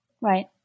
Right